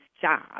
job